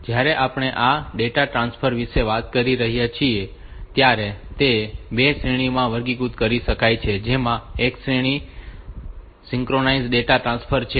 જ્યારે આપણે આ ડેટા ટ્રાન્સફર વિશે વાત કરી રહ્યા છીએ ત્યારે તેને બે શ્રેણીઓમાં વર્ગીકૃત કરી શકાય છે જેમાં એક શ્રેણી સિંક્રનસ ડેટા ટ્રાન્સફર છે